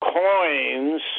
coins